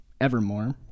evermore